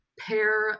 pair